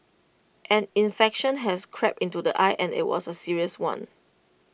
an infection has crept into the eye and IT was A serious one